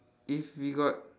if we got